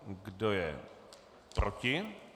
Kdo je proti?